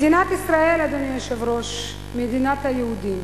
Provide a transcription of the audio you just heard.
מדינת ישראל, אדוני היושב-ראש, מדינת היהודים.